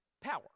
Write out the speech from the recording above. power